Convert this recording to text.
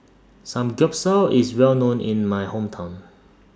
Samgyeopsal IS Well known in My Hometown